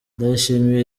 ndayishimiye